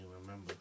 remember